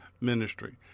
ministry